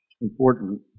important